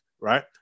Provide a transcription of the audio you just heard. right